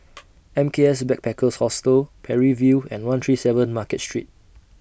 M K S Backpackers Hostel Parry View and one three seven Market Street